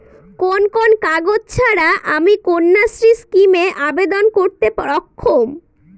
কোন কোন কাগজ ছাড়া আমি কন্যাশ্রী স্কিমে আবেদন করতে অক্ষম?